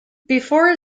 before